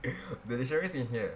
the dictionary in here